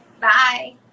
Bye